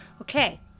Okay